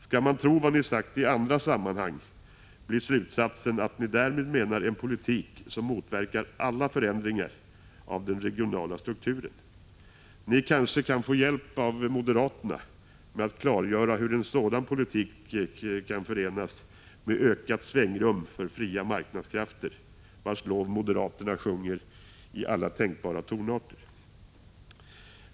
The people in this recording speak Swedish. Skall man tro vad ni sagt i andra sammanhang blir slutsatsen att ni därmed menar en politik som motverkar alla förändringar av den regionala strukturen. Ni kanske kan få hjälp av moderaterna med att klargöra hur en sådan politik kan förenas med ökat svängrum för fria marknadskrafter, vars lov moderaterna sjunger i alla tänkbara tonarter.